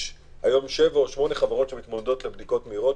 היום יש שבע או שמונה חברות שמתמודדות על בדיקות מהירות,